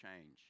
change